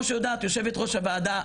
כמו שיודעת יושבת ראש הוועדה,